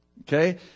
Okay